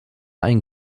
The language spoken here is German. ein